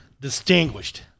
Distinguished